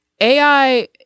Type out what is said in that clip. AI